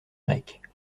grecque